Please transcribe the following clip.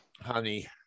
Honey